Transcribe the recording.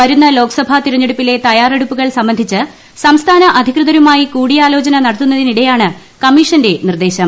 വരുന്ന ലോക്സഭാ തിരഞ്ഞെടുപ്പിലെ തയ്യാറെടുപ്പുകൾ സംബന്ധിച്ച് സംസ്ഥാന അധികൃതരുമായി കൂടിയാലോചന നടത്തുന്നതിനിടെയാണ് കമ്മീഷന്റെ നിർദ്ദേശം